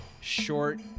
short